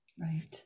Right